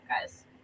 guys